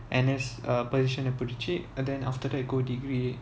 N_S uh position அ புடிச்சு:a pudichu then after that go degree